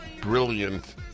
brilliant